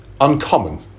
uncommon